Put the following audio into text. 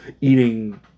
eating